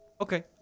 Okay